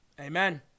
Amen